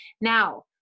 Now